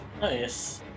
Nice